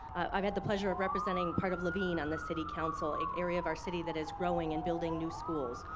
i've had the pleasure of representing part of laveen on the city council, an area of our city that is growing and building new schools.